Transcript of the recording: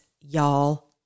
y'all